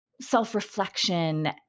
self-reflection